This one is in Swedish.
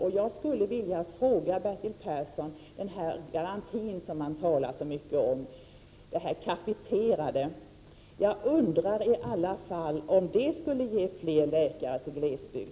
Och jag skulle vilja frå, > Bertil Persson: Skulle den här garantin som man talar så mycket om, den här kapiteringen, ge fler läkare till glesbygd?